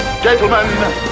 Gentlemen